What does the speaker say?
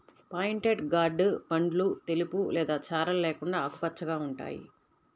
pointed gourd పండ్లు తెలుపు లేదా చారలు లేకుండా ఆకుపచ్చగా ఉంటాయి